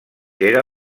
era